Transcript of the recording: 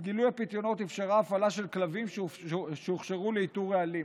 את גילוי הפיתיונות אפשרה ההפעלה של כלבים שהוכשרו לאיתור רעלים.